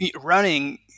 running